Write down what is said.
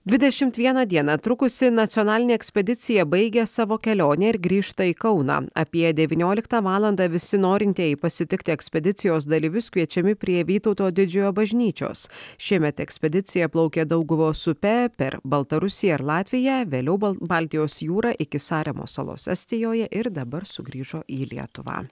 dvidešimt vieną dieną trukusi nacionalinė ekspedicija baigė savo kelionę ir grįžta į kauną apie devynioliktą valandą visi norintieji pasitikti ekspedicijos dalyvius kviečiami prie vytauto didžiojo bažnyčios šiemet ekspedicija plaukė dauguvos upe per baltarusiją ir latviją vėliau baltijos jūra iki saremos salos estijoje ir dabar sugrįžo į lietuvą